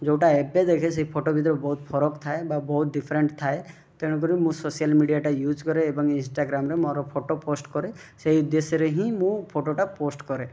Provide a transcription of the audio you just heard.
ଯେଉଁଟା ଏବେ ଦେଖେ ସେଇ ଫଟୋ ଭିତରେ ବହୁତ ଫରକ ଥାଏ ବା ବହୁତ ଡ଼ିଫେରେଣ୍ଟ ଥାଏ ତେଣୁ କରି ମୁଁ ସୋସିଆଲ ମିଡ଼ିଆ ଟା ୟୁଜ କରେ ଏବଂ ଇନଷ୍ଟାଗ୍ରାମରେ ମୋର ଫୋଟୋ ପୋଷ୍ଟ କରେ ସେଇ ଉଦେଶ୍ୟ ରେ ହିଁ ମୁଁ ଫଟୋ ଟା ପୋଷ୍ଟ କରେ